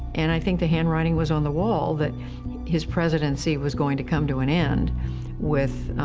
and i think the handwriting was on the wall that his presidency was going to come to an end with